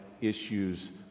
issues